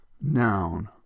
noun